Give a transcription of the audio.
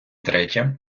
третє